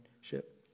ship